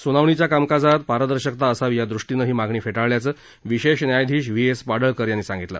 सुनावणीच्या कामकाजात पारदर्शकता असावी या दृष्टीनं ही मागणी फेटाळल्याचं विशेष न्यायाधीश व्ही एस पाडळकर यांनी सांगितलं